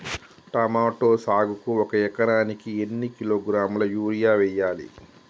Tomato సాగుకు ఒక ఎకరానికి ఎన్ని కిలోగ్రాముల యూరియా వెయ్యాలి?